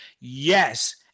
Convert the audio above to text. yes